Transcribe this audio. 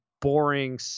boring